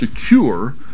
secure